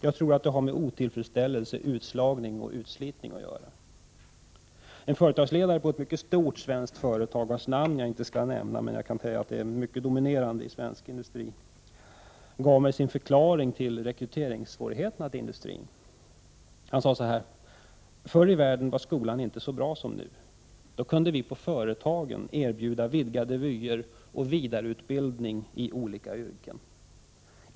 Jag tror det har mera med otillfredsställelse, utslagning och utslitning att göra. En företagsledare på ett mycket stort, dominerande svenskt företag, vars namn jag inte skall nämna, gav mig sin förklaring till rekryteringssvårigheterna för industrin. Han sade så här: ”Förr i världen var skolan inte så bra som nu. Då kunde vi på företagen erbjuda vidgade vyer och vidareutbildning i olika yrken.